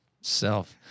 self